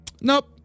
Nope